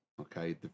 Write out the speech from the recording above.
Okay